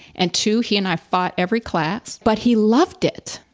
and two, he and i fought every class, but he loved it.